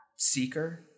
seeker